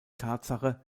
tatsache